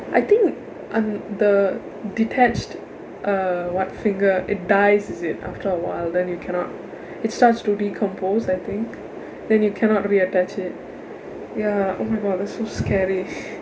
I think ah the detached uh what finger it dies is it after a while then you cannot it starts to decompose I think then you cannot reattach it ya oh my god that's so scary